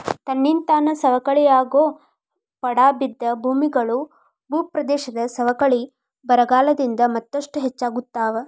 ತನ್ನಿಂತಾನ ಸವಕಳಿಯಾಗೋ ಪಡಾ ಬಿದ್ದ ಭೂಮಿಗಳು, ಭೂಪ್ರದೇಶದ ಸವಕಳಿ ಬರಗಾಲದಿಂದ ಮತ್ತಷ್ಟು ಹೆಚ್ಚಾಗ್ತಾವ